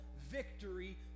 victory